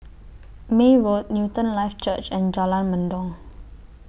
May Road Newton Life Church and Jalan Mendong